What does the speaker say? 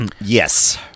Yes